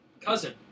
cousin